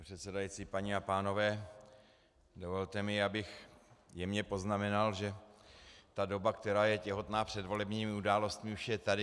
Pane předsedající, paní a pánové, dovolte mi, abych jemně poznamenal, že ta doba, která je těhotná předvolebními událostmi, už je tady.